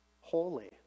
holy